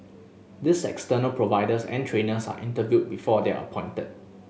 these external providers and trainers are interviewed before they are appointed